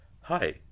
Hi